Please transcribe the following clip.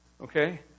okay